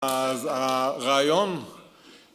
‫אז הרעיון...